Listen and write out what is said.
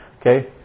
Okay